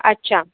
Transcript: अच्छा